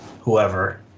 whoever